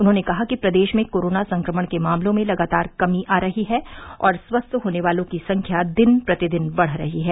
उन्होंने कहा कि प्रदेश में कोरोना संक्रमण के मामलों में लगातार कमी आ रही है और स्वस्थ होने वालों की संख्या दिन प्रतिदिन बढ़ रही है